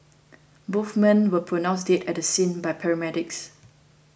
both men were pronounced dead at the scene by paramedics